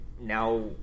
now